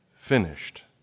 finished